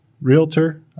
realtor